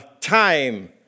time